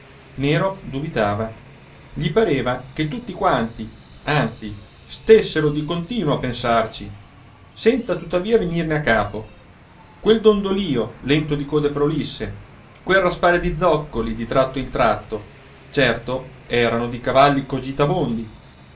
nero dubitava gli pareva che tutti quanti anzi stessero di continuo a pensarci senza tuttavia venirne a capo quel dondolío lento di code prolisse quel raspare di zoccoli di tratto in tratto certo erano di cavalli